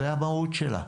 זו המהות שלה.